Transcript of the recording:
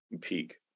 Peak